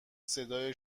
صدای